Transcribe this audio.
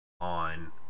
on